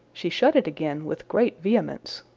she shut it again with great vehemence,